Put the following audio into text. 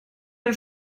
den